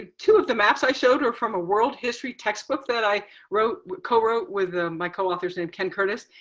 two of the maps i showed are from a world history textbook that i wrote co-wrote with, my coauthor's named ken curtis.